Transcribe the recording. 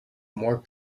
more